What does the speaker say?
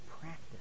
practice